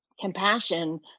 compassion